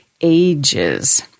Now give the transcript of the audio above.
ages